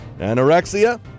Anorexia